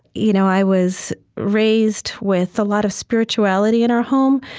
you know i was raised with a lot of spirituality in our home,